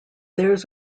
there’s